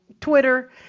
Twitter